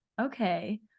okay